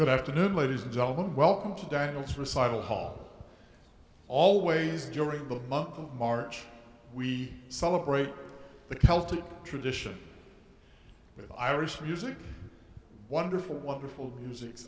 good afternoon ladies and gentlemen welcome to devil's recital hall always during the month of march we celebrate the celtic tradition with irish music wonderful wonderful music